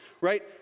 right